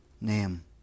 name